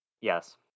Yes